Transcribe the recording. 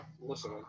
Listen